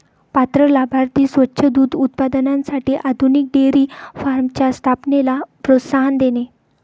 पात्र लाभार्थी स्वच्छ दूध उत्पादनासाठी आधुनिक डेअरी फार्मच्या स्थापनेला प्रोत्साहन देणे